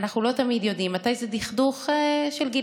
אנחנו לא תמיד יודעים מתי זה דכדוך של גיל